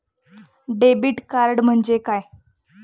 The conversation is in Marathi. डेबिट कार्ड म्हणजे काय?